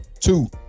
Two